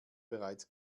bereits